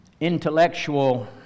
intellectual